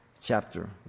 chapter